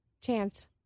chance